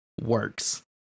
works